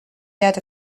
yet